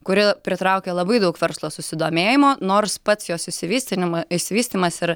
kuri pritraukia labai daug verslo susidomėjimo nors pats jos išsivystinima išsivystymas ir